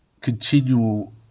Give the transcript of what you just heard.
Continual